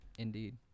Indeed